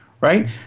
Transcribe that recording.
right